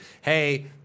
hey